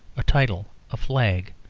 a title, a flag.